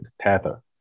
tether